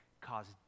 caused